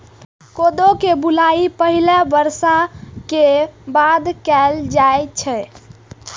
कोदो के बुआई पहिल बर्षा के बाद कैल जाइ छै